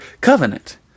covenant